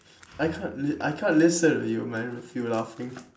I can't li~ I can't listen to you man if you laughing